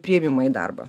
priėmimą į darbą